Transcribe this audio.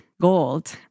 gold